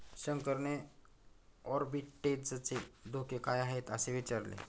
शंकरने आर्बिट्रेजचे धोके काय आहेत, असे विचारले